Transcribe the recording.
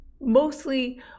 mostly